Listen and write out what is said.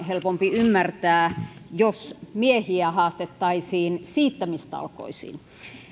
helpompi ymmärtää jos miehiä haastettaisiin siittämistalkoisiin